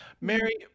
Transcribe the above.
Mary